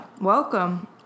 welcome